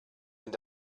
wenn